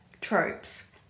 tropes